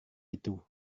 itu